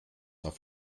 auf